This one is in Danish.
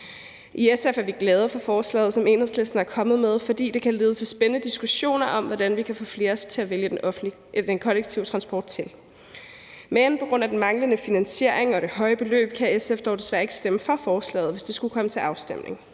I SF er vi glade for forslaget, som Enhedslisten er kommet med, fordi det kan lede til spændende diskussioner om, hvordan vi kan få flere til at vælge den kollektive transport til. Men på grund af den manglende finansiering og det høje beløb kan SF dog desværre ikke stemme for forslaget, hvis det skulle komme til afstemning.